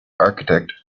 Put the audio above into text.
architect